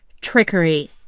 trickery